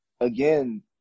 again